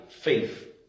faith